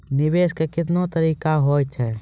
निवेश के कितने तरीका हैं?